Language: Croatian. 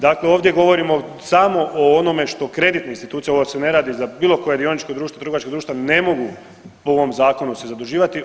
Dakle, ovdje govorimo samo o onome što kreditne institucije, ovo se ne radi za bilo koje dioničko društvo, trgovačka društva ne mogu po ovom zakonu se zaduživati.